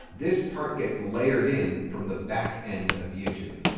this part gets layered in from the back end of youtube.